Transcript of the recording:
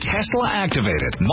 Tesla-activated